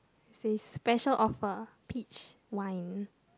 it says special offer peach wine